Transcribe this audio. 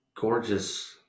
gorgeous